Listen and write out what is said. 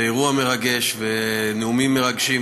אירוע מרגש ונאומים מרגשים.